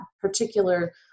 particular